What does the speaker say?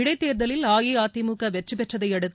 இடைத்தேர்தலில் அஇஅதிமுக வெற்றிபெற்றதையடுத்து